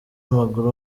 w’amaguru